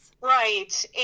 Right